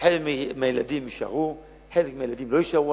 שחלק מהילדים יישארו וחלק מהילדים לא יישארו,